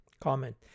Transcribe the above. comment